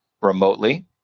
remotely